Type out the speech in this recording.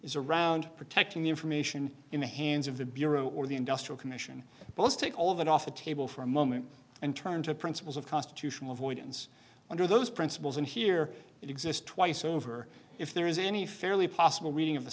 is around protecting the information in the hands of the bureau or the industrial commission but let's take all of that off the table for a moment and turn to principles of constitutional avoidance under those principles and here it exists twice over if there is any fairly possible reading of the